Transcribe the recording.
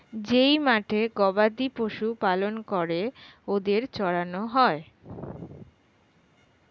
যেই মাঠে গবাদি পশু পালন করে ওদের চড়ানো হয়